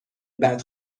بعد